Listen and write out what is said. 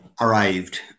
arrived